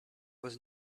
was